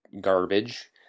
garbage